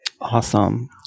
Awesome